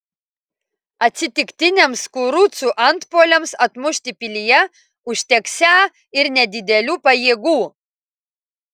atsitiktiniams kurucų antpuoliams atmušti pilyje užteksią ir nedidelių pajėgų